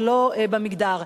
ולא במגדר.